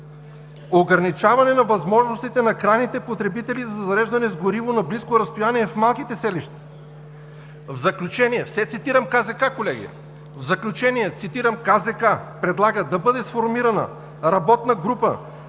ограничаване на възможностите на крайните потребители за зареждане с гориво на близко разстояние в малките селища. В заключение – все цитирам КЗК, колеги: КЗК предлага да бъде сформирана работна група